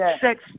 sex